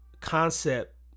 concept